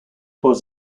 was